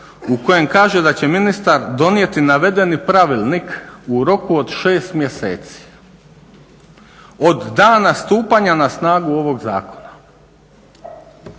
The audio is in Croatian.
u kojem kaže da će ministar donijeti navedeni Pravilnik u roku od 6 mjeseci od dana stupanja na snagu ovog zakona.